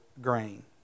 grain